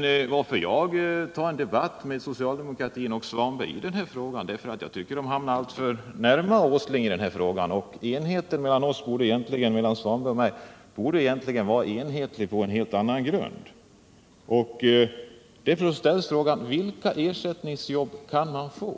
till att jag vill ha en debatt med herr Svanberg är att jag tycker att socialdemokraterna hamnar alltför nära Åsling i den här frågan. Det borde egentligen här råda enighet mellan Svanberg och mig. Jag ställer en rad frågor som är centrala i den här debatten.